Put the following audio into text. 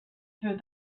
through